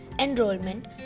enrollment